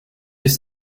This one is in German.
ist